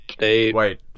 Wait